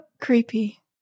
Creepy